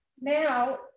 now